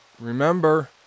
Remember